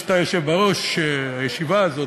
שאתה יושב בראש הישיבה הזאת,